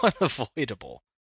unavoidable